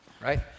right